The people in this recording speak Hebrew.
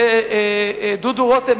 שדודו רותם,